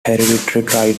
hereditary